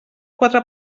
quatre